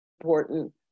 important